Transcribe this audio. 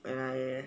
when I